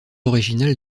originale